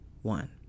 one